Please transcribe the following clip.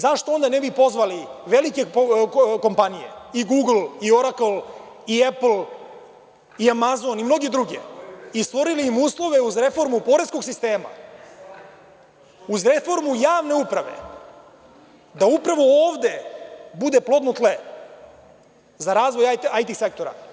Zašto onda ne bi pozvali velike kompanije, i „Google“ i „Oracle“ i „Apple“ i „Amazon“ i mnoge druge, i stvorili im uslove uz reformu poreskog sistema, uz reformu javne uprave, da upravo ovde bude plodno tle za razvoj IT sektora?